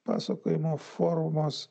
pasakojimo formos